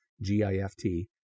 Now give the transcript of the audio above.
G-I-F-T